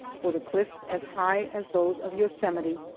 for the cliffs, as high as those of yosemite,